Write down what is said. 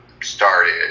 started